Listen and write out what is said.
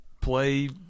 play